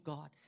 God